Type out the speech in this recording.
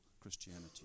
Christianity